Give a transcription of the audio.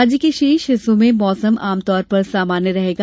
राज्य के शेष हिस्सो में मौसम आम तौर पर सामान्य रहेगा